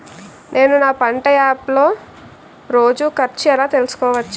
నేను నా పంట యాప్ లో రోజు ఖర్చు ఎలా తెల్సుకోవచ్చు?